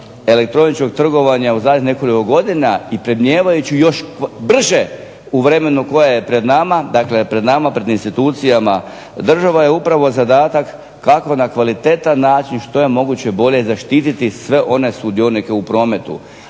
elektroničkog trgovanja u zadnjih nekoliko godina i predmnijevajući još brže u vremenu koje je pred nama, dakle, pred nama, pred institucijama je zadatak kako na kvalitetan način što bolje zaštititi sve one sudionike u prometu.